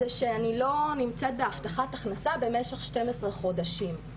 זה שאני לא נמצאת בהבטחת הכנסה במשך 12 חודשים,